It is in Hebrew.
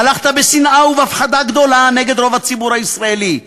הלכת בשנאה ובהפחדה גדולה נגד רוב הציבור הישראלי,